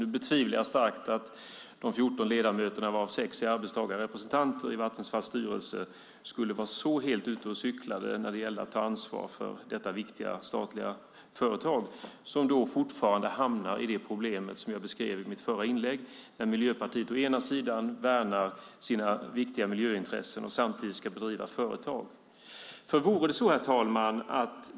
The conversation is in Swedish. Nu betvivlar jag starkt att de 14 ledamöterna, varav sex är arbetstagarrepresentanter, i Vattenfalls styrelse skulle vara så helt ute och cyklade när det gäller att ta ansvar för detta viktiga, statliga företag som hamnar i de problem som jag beskrev i mitt förra inlägg när Miljöpartiet å ena sidan värnar sina viktiga miljöintressen och å andra sidan ska driva företag. Herr talman!